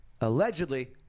allegedly